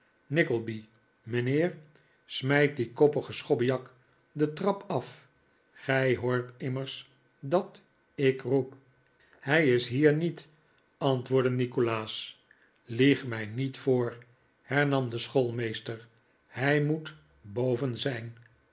nickleby mijnheer smijt dien koppigen schobbejak de trap af gij hoort immers dat ik roep hij is hier niet antwoordde nikolaas lieg mij niet voor hernam de schoolmeester hij moet boven zijn